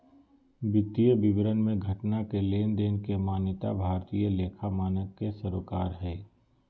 वित्तीय विवरण मे घटना के लेनदेन के मान्यता भारतीय लेखा मानक के सरोकार हय